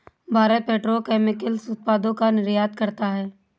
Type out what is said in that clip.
Bharat petrochemicals उत्पादों का निर्यात करता है